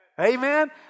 Amen